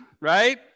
right